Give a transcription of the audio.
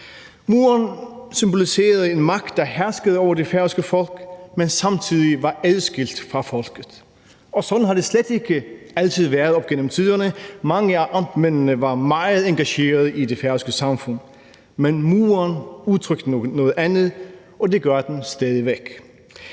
Muren symboliserede en magt, der herskede over det færøske folk, men samtidig var adskilt fra folket. Og sådan har det slet ikke altid været op igennem tiderne; mange af amtmændene var meget engageret i det færøske samfund. Men muren udtrykte noget andet, og det gør den stadig væk.